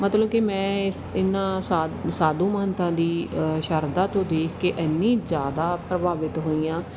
ਮਤਲਬ ਕਿ ਮੈਂ ਇਸ ਇਹਨਾਂ ਸਾ ਸਾਧੂ ਮਹੰਤਾਂ ਦੀ ਸ਼ਰਧਾ ਤੋਂ ਦੇਖ ਕੇ ਇੰਨੀ ਜ਼ਿਆਦਾ ਪ੍ਰਭਾਵਿਤ ਹੋਈ ਹਾਂ